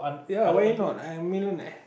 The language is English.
ya why not I'm a millionaire